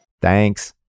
Thanks